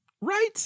Right